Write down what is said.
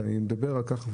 רק אני מדבר על כך,